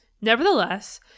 Nevertheless